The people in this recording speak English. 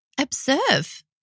observe